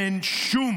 אין שום